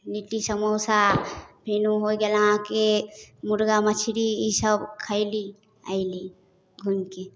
लिट्टी समोसा फेरो हो गेल अहाँके मुर्गा मछरी इसब खयली अयली घूमिके